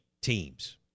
teams